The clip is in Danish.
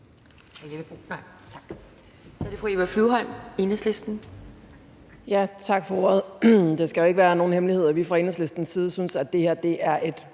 Tak for ordet.